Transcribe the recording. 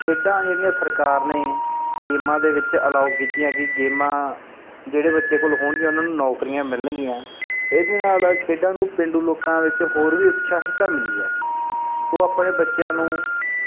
ਖੇਡਾਂ ਜਿਹੜੀਆਂ ਸਰਕਾਰ ਨੇ ਗੇਮਾਂ ਦੇ ਵਿੱਚ ਅਲਾਓ ਕੀਤੀਆਂ ਕਿ ਗੇਮਾਂ ਜਿਹੜੇ ਬੱਚੇ ਕੋਲ ਹੋਣਗੀਆਂ ਉਹਨਾਂ ਨੂੰ ਨੌਕਰੀਆਂ ਮਿਲਣਗੀਆਂ ਇਹਦੇ ਨਾਲ ਖੇਡਾਂ ਨੂੰ ਪੇਂਡੂ ਲੋਕਾਂ ਵਿੱਚ ਹੋਰ ਵੀ ਉਤਸ਼ਾਹਿਤਾਂ ਮਿਲੀ ਹੈ ਉਹ ਆਪਣੇ ਬੱਚਿਆਂ ਨੂੰ